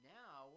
now